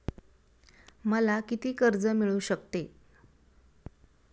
मला किती कर्ज मिळू शकते?